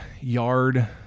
yard